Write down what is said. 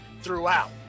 throughout